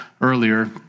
earlier